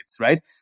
right